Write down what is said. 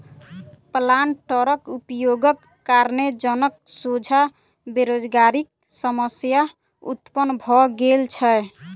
प्लांटरक उपयोगक कारणेँ जनक सोझा बेरोजगारीक समस्या उत्पन्न भ गेल छै